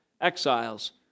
exiles